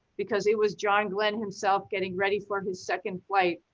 because it was john glenn himself, getting ready for his second flight.